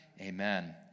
amen